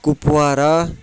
Kupwara